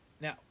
Now